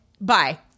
bye